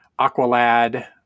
Aqualad